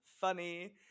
funny